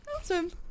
awesome